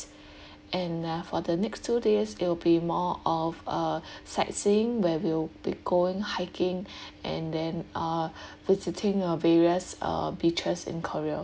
and uh for the next two days it'll be more of uh sightseeing where we'll be going hiking and then uh visiting a various uh beaches in korea